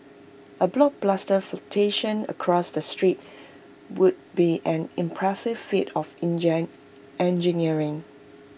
A blockbuster flotation across the strait would be an impressive feat of engineering